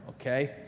okay